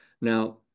Now